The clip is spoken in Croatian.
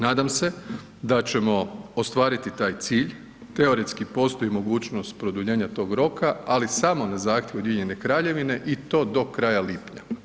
Nadam se da ćemo ostvariti taj cilj, teoretski postoji mogućnost produljenja tog roka, ali samo na zahtjev Ujedinjene Kraljevine i to do kraja lipnja.